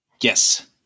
Yes